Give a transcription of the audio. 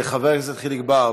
חבר הכנסת חיליק בר,